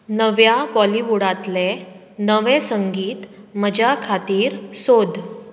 नव्या बॉलिवुडांतले नवे संगीत म्हजे खातीर सोद